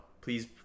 please